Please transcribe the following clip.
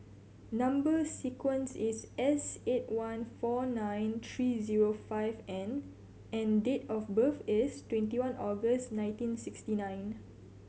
number sequence is S eight one four nine three zero five N and date of birth is twenty one August nineteen sixty nine